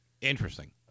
Interesting